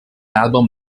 album